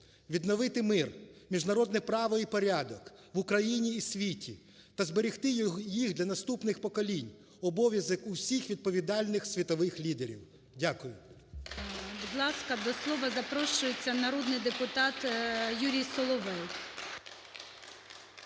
відновити мир, міжнародне право і порядок в Україні і світі та зберегти їх для наступних поколінь обов'язок усіх відповідальних світових лідерів. Дякую. ГОЛОВУЮЧИЙ. Будь ласка, до слова запрошується народний депутат Юрій Соловей.